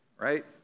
right